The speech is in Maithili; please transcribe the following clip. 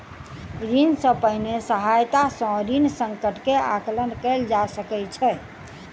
ऋण सॅ पहिने सहायता सॅ ऋण संकट के आंकलन कयल जा सकै छै